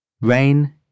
RAIN